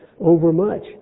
overmuch